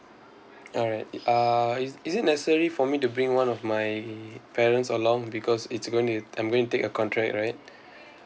alright uh is is it necessary for me to bring one of my parents along because it's going to I'm going to take a contract right